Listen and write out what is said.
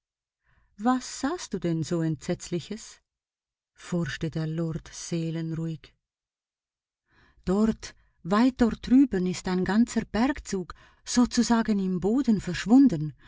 was sahst du denn so entsetzliches forschte der lord seelenruhig dort weit dort drüben ist ein ganzer bergzug sozusagen im boden verschwunden